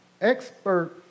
expert